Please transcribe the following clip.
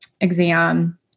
exam